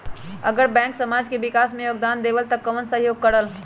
अगर बैंक समाज के विकास मे योगदान देबले त कबन सहयोग करल?